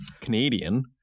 Canadian